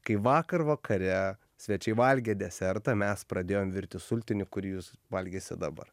kai vakar vakare svečiai valgė desertą mes pradėjom virti sultinį kurį jūs valgysit dabar